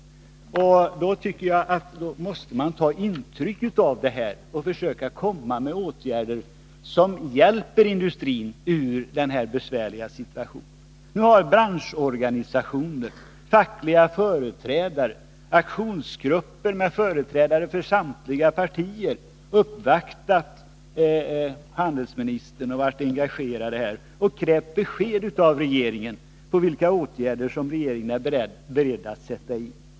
Jag tycker därför att man måste ta intryck av detta och försöka sätta in åtgärder som hjälper industrin ur denna besvärliga situation. Branschorganisationer, fackliga företrädare och aktionsgrupper med företrädare för samtliga partier har engagerat sig i detta och uppvaktat handelsministern med krav på besked av regeringen om vilka åtgärder som regeringen är beredd att sätta in.